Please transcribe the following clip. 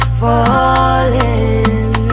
falling